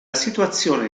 situazione